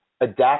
adapt